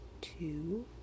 two